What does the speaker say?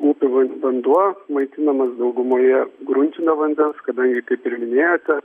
upių va vanduo maitinamas daugumoje gruntinio vandens kadangi kaip minėjote